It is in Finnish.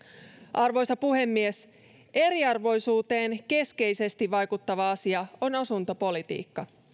arvoisa puhemies eriarvoisuuteen keskeisesti vaikuttava asia on asuntopolitiikka